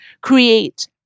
create